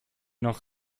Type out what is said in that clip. noch